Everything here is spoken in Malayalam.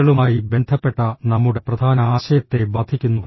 കോറുകളുമായി ബന്ധപ്പെട്ട നമ്മുടെ പ്രധാന ആശയത്തെ ബാധിക്കുന്നു